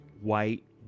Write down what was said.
white